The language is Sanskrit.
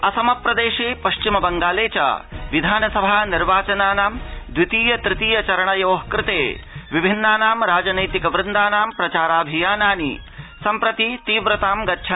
असमप्रदेशो पश्चिम बंगाले च विधानसभा निर्वाचनानां द्वितीय तृतीय चरणयोः कृते विभिन्नानां राजनैतिक दलानां प्रचाराभियानानि सम्प्रति तीव्रतां गतानि